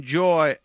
joy